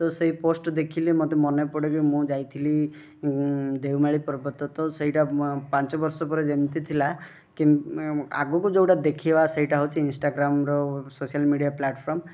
ତ ସେଇ ପୋଷ୍ଟ ଦେଖିଲେ ମତେ ମନେପଡ଼େ କି ମୁଁ ଯାଇଥିଲି ଦେଓମାଳୀ ପର୍ବତ ତ ସେଇଟା ପାଞ୍ଚ ବର୍ଷ ପରେ ଯେମିତି ଥିଲା ଆଗକୁ ଯେଉଁଟା ଦେଖିବା ସେଇଟା ହେଉଛି ଇନଷ୍ଟାଗ୍ରାମର ସୋସିଆଲ ମିଡ଼ିଆ ପ୍ଲାଟଫର୍ମ